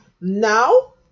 Now